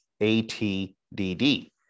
ATDD